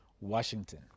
washington